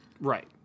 Right